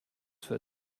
für